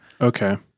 okay